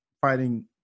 fighting